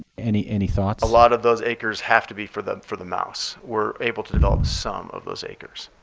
any any thoughts? a lot of those acres have to be for the for the mouse. we're able to develop some of those acres.